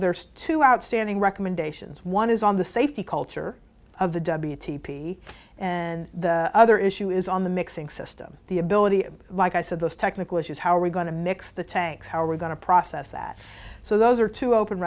there's two outstanding recommendations one is on the safety culture of the w t p and the other issue is on the mixing system the ability of like i said those technical issues how are we going to mix the tanks how we're going to process that so those are two open